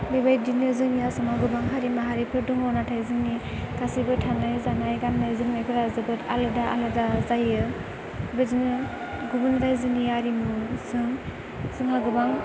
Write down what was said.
बेबायदिनो जोंनि आसामाव गोबां हारि माहारिफोर दङ नाथाय जोंनि गासैबो थानाय जानाय गाननाय जोमनायफोराव जोबोद आलादा आलादा जायो बेजोंनो गुबुन रायजोनि आरिमुजों जोंहा गोबां